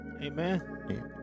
amen